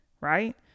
right